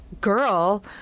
girl